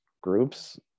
groups